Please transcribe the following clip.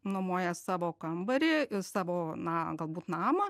nuomoja savo kambarį ir savo na galbūt namą